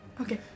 Okay